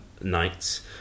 nights